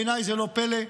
בעיניי זה לא פלא.